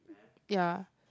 ya